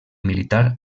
militar